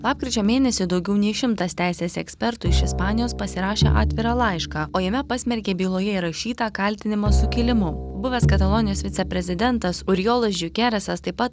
lapkričio mėnesį daugiau nei šimtas teisės ekspertų iš ispanijos pasirašė atvirą laišką o jame pasmerkė byloje įrašytą kaltinimą sukilimu buvęs katalonijos viceprezidentas uriolas žiukeresas taip pat